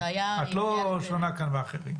את לא שונה כאן מאחרים.